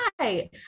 hi